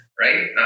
right